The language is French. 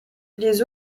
les